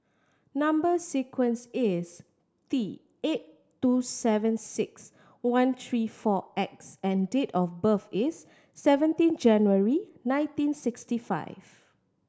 number sequence is T eight two seven six one three four X and date of birth is seventeen January nineteen sixty five